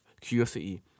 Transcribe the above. curiosity